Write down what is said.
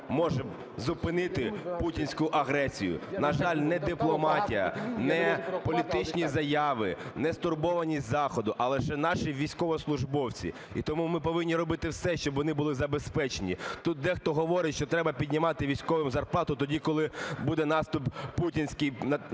може зупинити путінську агресію. На жаль, не дипломатія, не політичні заяви, не стурбованість Заходу, а лише наші військовослужбовці. І тому ми повинні робити все, щоб вони були забезпечені. Тут дехто говорить, що треба піднімати військовим зарплату тоді, коли буде наступ путінський